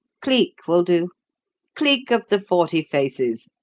cleek will do cleek of the forty faces.